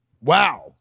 Wow